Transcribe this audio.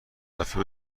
طرفه